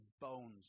bones